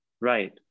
Right